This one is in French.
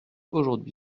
aujourd’hui